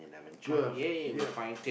twelve ya